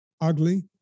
ugly